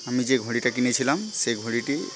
আমি যে ঘড়িটা কিনেছিলাম সেই ঘড়িটি